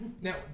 Now